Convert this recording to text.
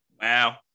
Wow